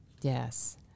Yes